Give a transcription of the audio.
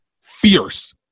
fierce